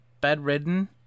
bedridden